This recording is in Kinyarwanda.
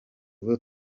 ubu